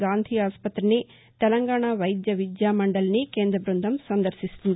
గాంధీ ఆస్పతిని తెలంగాణ వైద్య విద్యా మండలిని కేంద్ర బృందం సందర్భించనుంది